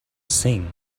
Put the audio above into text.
sing